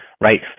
right